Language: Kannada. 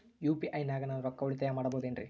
ಯು.ಪಿ.ಐ ನಾಗ ನಾನು ರೊಕ್ಕ ಉಳಿತಾಯ ಮಾಡಬಹುದೇನ್ರಿ?